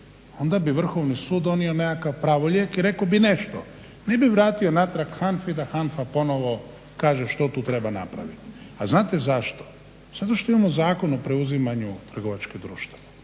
onda bi Vrhovni sud donio nekakav pravorijek i rekao bi nešto, ne bi vratio natrag HANFA-i da HANFA ponovno kaže što tu treba napraviti. A znate zašto? Zato što imamo Zakon o preuzimanju trgovačkih društava.